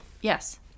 yes